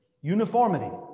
uniformity